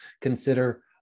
consider